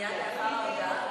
מנסה להגיד לכם, אז ועדת הכנסת.